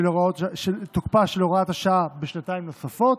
של הוראת השעה בשנתיים נוספות,